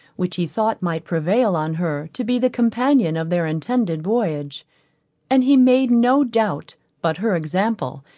which he thought might prevail on her to be the companion of their intended voyage and he made no doubt but her example,